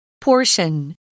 portion